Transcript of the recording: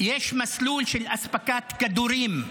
יש מסלול של אספקת כדורים.